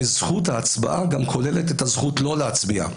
וזכות ההצבעה גם כוללת את הזכות לא להצביע.